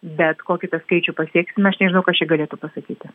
bet kokį tą skaičių pasieksime aš nežinau kas čia galėtų pasakyti